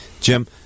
Jim